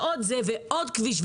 עוד כביש.